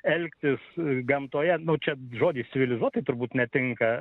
elgtis gamtoje nu čia žodis civilizuotai turbūt netinka